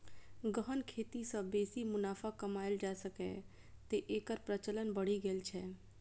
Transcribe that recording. गहन खेती सं बेसी मुनाफा कमाएल जा सकैए, तें एकर प्रचलन बढ़ि गेल छै